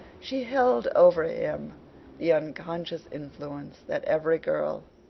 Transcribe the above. she held over him the unconscious influence that every girl,